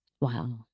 Wow